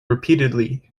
repeatedly